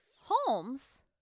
Holmes